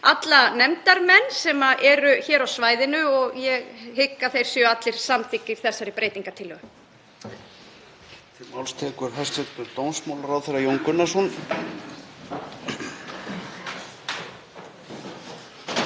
alla nefndarmenn sem eru hér á svæðinu og ég hygg að þeir séu allir samþykkir þessari breytingartillögu.